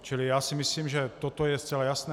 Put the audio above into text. Čili si myslím, že toto je zcela jasné.